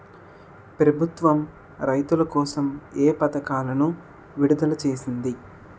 ప్రభుత్వం రైతుల కోసం ఏ పథకాలను విడుదల చేసింది?